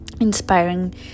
inspiring